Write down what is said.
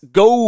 go